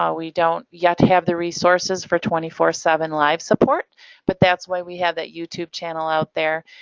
um we don't yet have the resources for twenty four seven live support but that's why we have that youtube channel out there.